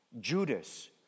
Judas